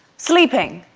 sleeping